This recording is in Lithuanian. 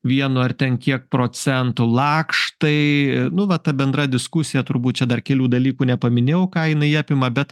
vieno ar ten kiek procentų lakštai nu va ta bendra diskusija turbūt čia dar kelių dalykų nepaminėjau ką jinai apima bet